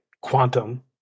quantum